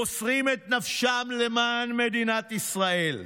מוסרים את נפשם למען מדינת ישראל.